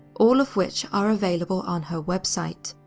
all of which are available on her website.